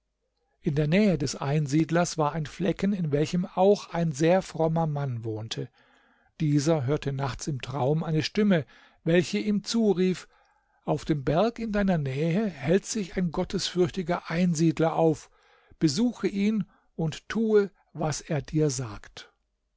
in der nähe des einsiedlers war ein flecken in welchem auch ein sehr frommer mann wohnte dieser hörte nachts im traum eine stimme welche ihm zurief auf dem berg in deiner nähe hält sich ein gottesfürchtiger einsiedler auf besuche ihn und tue was er dir sagt